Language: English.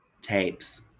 Tapes